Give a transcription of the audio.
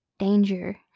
Danger